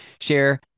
Share